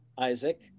Isaac